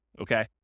okay